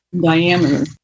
diameter